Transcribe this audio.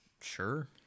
sure